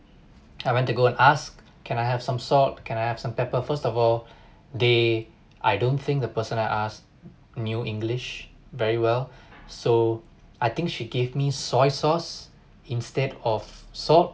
I went to go and ask can I have some salt can I have some pepper first of all they I don't think the person I ask knew english very well so I think she give me soy sauce instead of salt